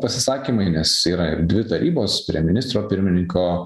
pasisakymai nes yra ir dvi tarybos prie ministro pirmininko